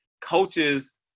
coaches